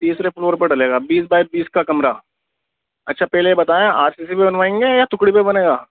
تیسرے فلور پر ڈلے گا بیس بائی بیس کا کمرہ اچھا پہلے یہ بتائیں آر سی سی پہ بنوائیں گے یا ٹکڑے پہ بنے گا